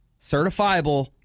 certifiable